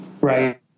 right